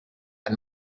and